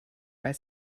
weil